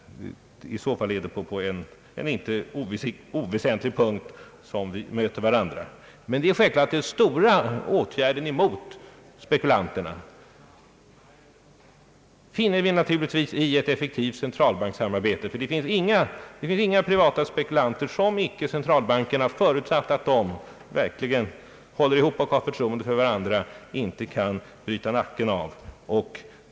I så fall är det på en inte oväsentlig punkt som vi möter varandra. Men den stora åtgärden mot spekulanterna finner vi naturligtvis i ett effektivt centralbankssamarbete. Det finns inga privata spekulanter som icke centralbankerna, förutsatt att de verkligen håller ihop och har förtroende för varandra, kan bryta nacken av.